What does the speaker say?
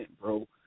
bro